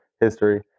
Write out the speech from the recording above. History